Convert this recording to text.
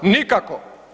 Nikako.